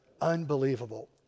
unbelievable